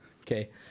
Okay